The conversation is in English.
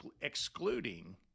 excluding